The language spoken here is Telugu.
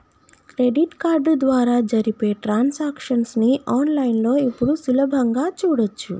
క్రెడిట్ కార్డు ద్వారా జరిపే ట్రాన్సాక్షన్స్ ని ఆన్ లైన్ లో ఇప్పుడు సులభంగా చూడచ్చు